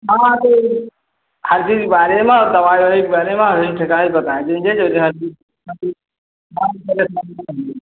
हाँ तो हर चीज़ के बारे मे दवाई ववाई के बारे मे राय बता देंगे जो है कि